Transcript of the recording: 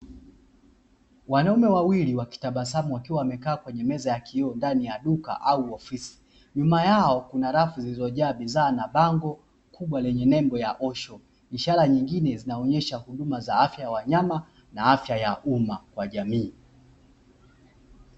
Wanaume wawili wakitabasamu wakiwa wamekaa kwenye meza ya kioo ndani ya duka au ofisi, nyuma yao kuna rafu zilizojaa bidhaa na bango kubwa lenye nembo ya ''OSHO'', ishara nyingine zinaonesha huduma za afya ya wanyama na afya ya umma kwa jamii.